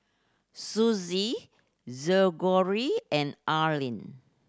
Suzy Greggory and Allyn